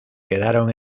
quedaron